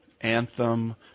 Anthem